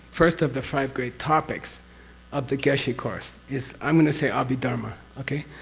first of the five great topics of the geshe course, is. i'm going to say ah abhidharma, okay?